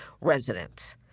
residents